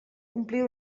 omplir